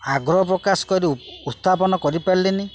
ଆଗ୍ରହ ପ୍ରକାଶ କରି ଉତ୍ଥାପନ କରିପାରିଲେନି